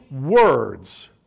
words